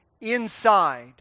inside